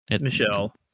Michelle